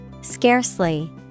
scarcely